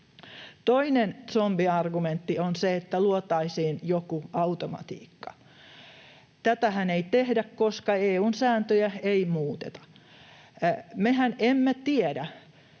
Toinen zombiargumentti on se, että luotaisiin joku automatiikka. Tätähän ei tehdä, koska EU:n sääntöjä ei muuteta. Mehän emme tiedä,